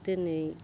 दिनै